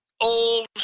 old